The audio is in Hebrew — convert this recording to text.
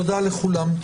תודה לכולם.